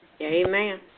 Amen